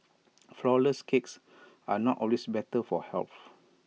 Flourless Cakes are not always better for health